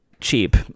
cheap